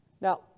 Now